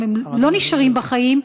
אם הם לא נשארים בחיים,